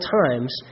times